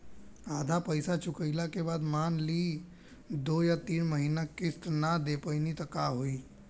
आधा पईसा चुकइला के बाद मान ली दो या तीन महिना किश्त ना दे पैनी त का होई?